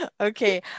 Okay